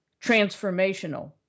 transformational